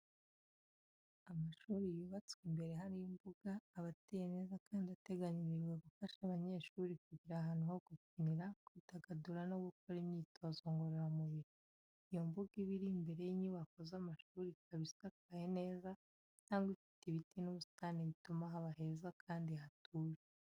Amashuri yubatswe imbere hari imbuga aba ateye neza kandi ateganyirijwe gufasha abanyeshuri kugira ahantu ho gukinira, kwidagadura no gukora imyitozo ngororamubiri. Iyo mbuga iba iri imbere y'inyubako z'amashuri, ikaba isakaye neza cyangwa ifite ibiti n'ubusitani bituma haba heza kandi hatuje.